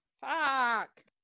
Fuck